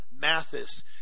Mathis